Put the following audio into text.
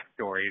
backstories